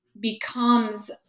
becomes